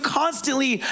constantly